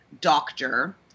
doctor